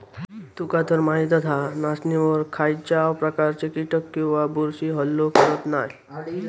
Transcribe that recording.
तुकातर माहीतच हा, नाचणीवर खायच्याव प्रकारचे कीटक किंवा बुरशी हल्लो करत नाय